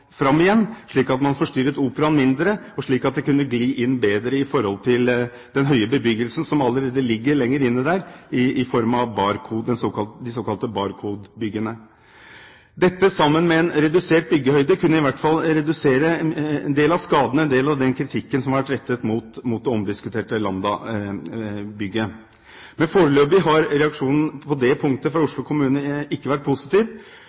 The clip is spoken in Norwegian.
fram igjen, slik at man forstyrret Operaen mindre, og slik at det kunne gli bedre inn i den høye bebyggelsen som allerede ligger lenger inn der i form av de såkalt Barcode-byggene. Dette, sammen med en redusert byggehøyde, kunne i hvert fall redusere en del av skadene og en del av den kritikken som har vært rettet mot det omdiskuterte Lambda-bygget. Men foreløpig har reaksjonen på det punktet fra Oslo kommune ikke vært positiv.